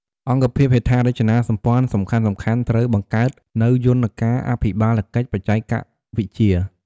អង្គភាពហេដ្ឋារចនាសម្ព័ន្ធសំខាន់ៗ ត្រូវបង្កើតនូវយន្តការអភិបាលកិច្ចបច្ចេកវិទ្យា។